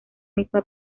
misma